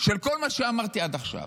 של כל מה שאמרתי עד עכשיו: